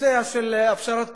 נושא הפשרת קרקע,